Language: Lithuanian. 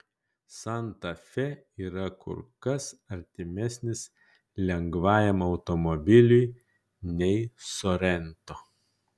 santa fe yra kur kas artimesnis lengvajam automobiliui nei sorento